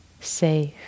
safe